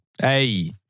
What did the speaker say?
Hey